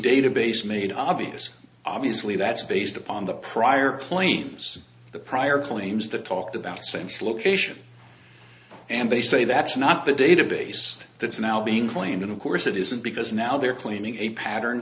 database made obvious obviously that's based upon the prior planes the prior claims that talked about sense location and they say that's not the database that's now being claimed and of course it isn't because now they're claiming a pattern